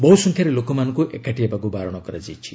ବହୁସଂଖ୍ୟାରେ ଲୋକମାନଙ୍କୁ ଏକାଠି ହେବାକୁ ବାରଣ କରାଯାଇଛି